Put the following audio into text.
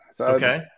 Okay